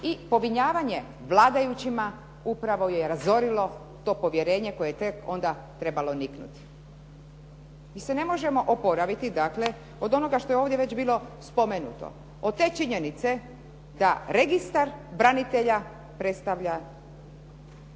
i povinjavanje vladajućima upravo je razorilo to povjerenje koje je tek onda trebalo niknut. Mi se ne možemo opraviti dakle od onoga što je ovdje već bilo spomenuto, od te činjenice da Registar branitelja predstavlja